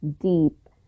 deep